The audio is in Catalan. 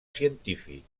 científic